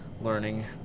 learning